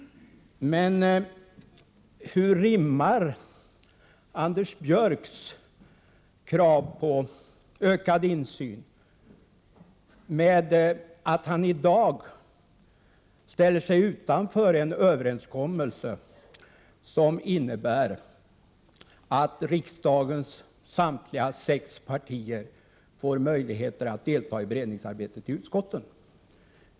Men hur rimmar Anders Björcks krav på ökad insyn med hans ställningstagande att i dag gå emot en överenskommelse som innebär att riksdagens samtliga sex partier får möjligheter att delta i beredningsarbetet i utskotten?